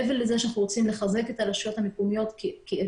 מעבר לזה שאנחנו רוצים לחזק את הרשויות המקומיות כארגון,